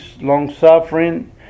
long-suffering